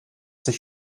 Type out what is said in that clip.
sich